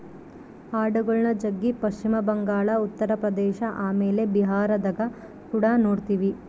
ಆಡುಗಳ್ನ ಜಗ್ಗಿ ಪಶ್ಚಿಮ ಬಂಗಾಳ, ಉತ್ತರ ಪ್ರದೇಶ ಆಮೇಲೆ ಬಿಹಾರದಗ ಕುಡ ನೊಡ್ತಿವಿ